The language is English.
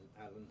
Alan